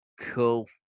Cool